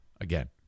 Again